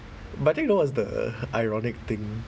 but I think you know what's the ironic thing